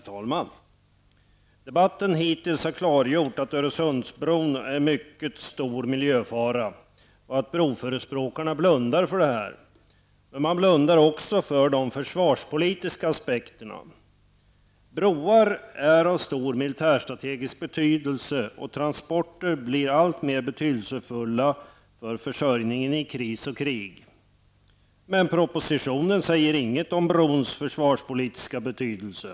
Herr talman! Debatten hittills har klargjort att Öresundsbron är en mycket stor miljöfara och att broförespråkarna blundar för detta. Man blundar också för de försvarspolitiska aspekterna. Broar är av stor militärstrategisk betydelse, och transporter blir alltmer betydelsefulla för försörjningen i kris och krig. Men i propositionen sägs ingenting om brons försvarspolitiska betydelse.